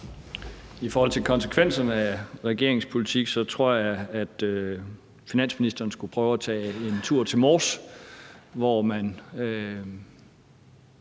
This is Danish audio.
I forhold til konsekvenserne af regeringens politik tror jeg, at finansministeren skulle prøve at tage en tur til Mors, hvor alle